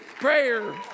prayer